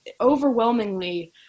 overwhelmingly